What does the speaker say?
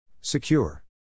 Secure